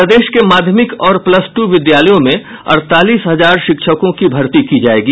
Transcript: प्रदेश के माध्यमिक और प्लस टू विद्यालयों में अड़तालीस हजार शिक्षकों की भर्ती की जायेगी